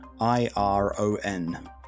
I-R-O-N